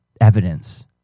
evidence